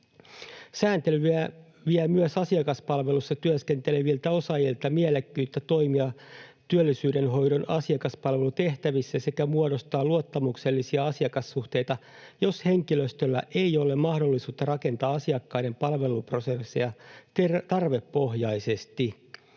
Sääntely vie myös asiakaspalvelussa työskenteleviltä osaajilta mielekkyyttä toimia työllisyyden hoidon asiakaspalvelutehtävissä sekä muodostaa luottamuksellisia asiakassuhteita, jos henkilöstöllä ei ole mahdollisuutta rakentaa asiakkaiden palveluprosesseja tarvepohjaisesti.